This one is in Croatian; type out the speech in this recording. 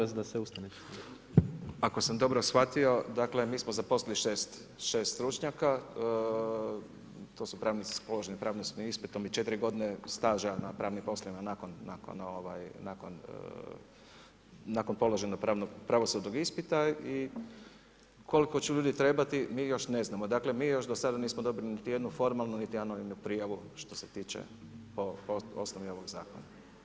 Ako sam dobro shvatio, dakle mi smo zaposlili 6 stručnjaka, to su pravnici s položenim pravosudnim ispitom i 4 godine staža na pravnim poslovima nakon položenog pravosudnog ispita i koliko ćemo ljudi trebati, mi još ne znamo, dakle mi još do sada nismo dobili niti jednu formalnu niti anonimnu prijavu što se tiče po osnovi ovog zakona.